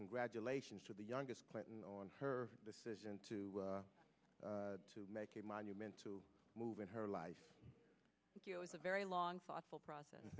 congratulations to the youngest clinton on her decision to make a monument to move in her life it's a very long thoughtful process